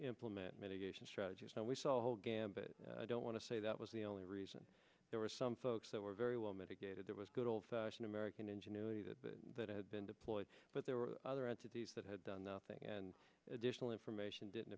implement mitigation strategies and we saw a whole gambit i don't want to say that was the only reason there were some folks that were very well mitigated there was good old american ingenuity that that had been deployed but there were other entities that had done nothing and additional information didn't